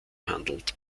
handelt